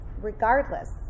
regardless